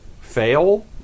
fail